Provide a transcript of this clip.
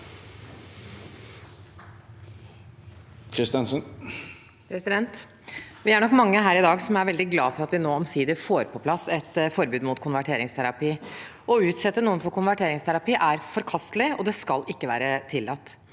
Kristensen (H) Vi er nok mange her i dag som er veldig glade for at vi nå omsider får på plass et forbud mot konverteringsterapi. Å utsette noen for konverteringsterapi er forkastelig, og det skal ikke være tillatt.